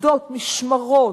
עובדות משמרות,